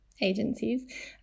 agencies